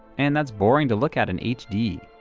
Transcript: and that's boring to look at in h d.